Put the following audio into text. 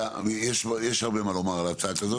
יש הרבה מה לומר על ההצעה הזאת.